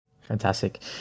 Fantastic